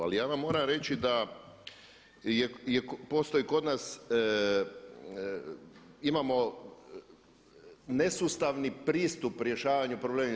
Ali ja vam moram reći da postoji kod nas, imamo nesustavni pristup rješavanju problema.